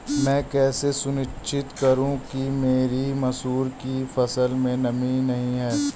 मैं कैसे सुनिश्चित करूँ कि मेरी मसूर की फसल में नमी नहीं है?